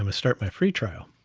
um start my free trial.